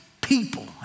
people